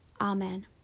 Amen